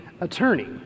attorney